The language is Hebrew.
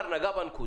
הוא נגע בנקודה.